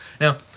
Now